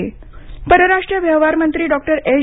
जयशंकर परराष्ट्र व्यवहार मंत्री डॉक्टर एस